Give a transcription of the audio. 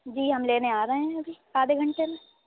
جی ہم لینے آ رہے ہیں ابھی آدھے گھنٹے میں